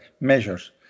measures